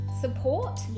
support